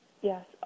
Yes